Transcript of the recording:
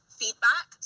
feedback